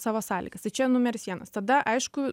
savo sąlygas tai čia numeris vienas tada aišku